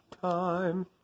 time